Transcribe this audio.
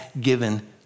given